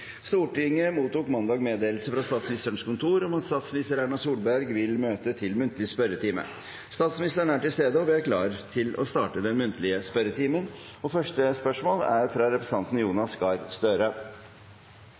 Stortinget mottok mandag meddelelse fra Statsministerens kontor om at statsminister Erna Solberg vil møte til muntlig spørretime. Statsministeren er til stede, og vi er klar til å starte den muntlige spørretimen. Første spørsmål er fra representanten